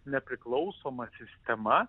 nepriklausoma sistema